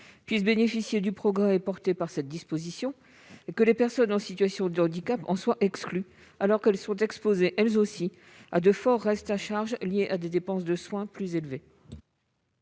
disposition - ce qui est une avancée à saluer - et que les personnes en situation de handicap en soient exclues, alors qu'elles sont exposées, elles aussi, à de forts restes à charge liés à des dépenses de soins plus élevées.